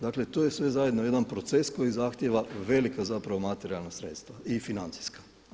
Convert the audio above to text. Dakle, to je sve zajedno jedan proces koji zahtjeva velika zapravo materijalna sredstva i financijska.